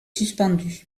suspendu